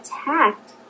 attacked